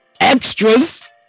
extras